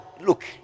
look